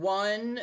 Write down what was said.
one